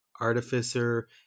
Artificer